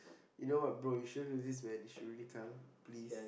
you know what bro you shouldn't do this man you should really come please